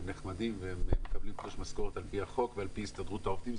הם נחמדים והם מקבלים תלוש משכורת על פי החוק ועל פי הסתדרות העובדים,